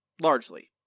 largely